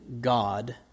God